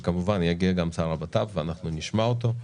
וכמובן יגיע גם שר הבט"פ, ואנחנו נשמע אותו.